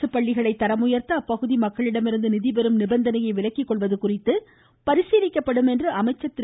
அரசு பள்ளிகளை தரம் உயர்த்த அப்பகுதி மக்களிடமிருந்து நிதி பெறும் நிபந்தனையை விலக்கிக்கொள்வது குறித்து பரிசீலிக்கப்படும் என்று அமைச்சர் திரு